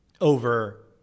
over